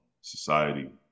society